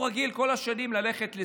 בכל השנים הוא היה רגיל ללכת לסניף